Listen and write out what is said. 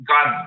God